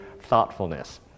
thoughtfulness